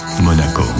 Monaco